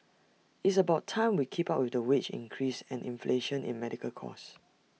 it's about time we keep up with wage increase and inflation in medical cost